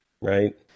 right